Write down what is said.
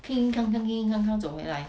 king king kang kang king king kang kang 走回来